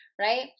right